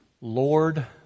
Lord